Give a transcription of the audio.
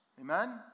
Amen